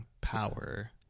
Power